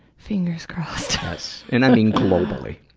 fingers crossed. ah yes. and i mean globally.